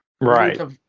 Right